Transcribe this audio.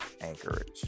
anchorage